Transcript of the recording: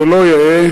זה לא יאה,